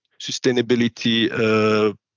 sustainability